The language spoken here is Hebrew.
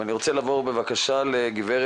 נעבור לגב'